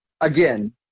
Again